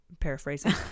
paraphrasing